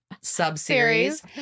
sub-series